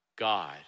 God